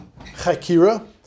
chakira